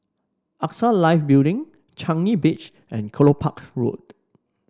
AXA Life Building Changi Beach and Kelopak Road